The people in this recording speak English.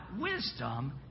wisdom